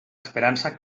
esperança